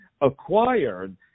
acquired